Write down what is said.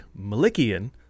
malikian